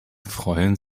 freuen